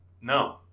No